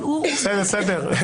אבל הוא --- בסדר, בסדר.